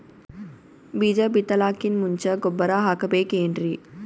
ಬೀಜ ಬಿತಲಾಕಿನ್ ಮುಂಚ ಗೊಬ್ಬರ ಹಾಕಬೇಕ್ ಏನ್ರೀ?